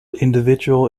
individual